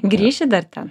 grįši dar ten